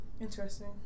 Interesting